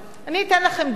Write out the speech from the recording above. אני אתן לכם דוגמה.